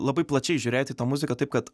labai plačiai žiūrėti tą muziką taip kad